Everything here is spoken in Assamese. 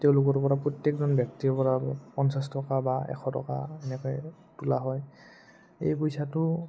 তেওঁলোকৰপৰা প্ৰত্যেকজন ব্যক্তিৰপৰা পঞ্চাছ টকা বা এশ টকা এনেকৈ তোলা হয় এই পইচাটো